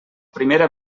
primera